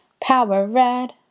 power-red